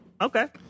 Okay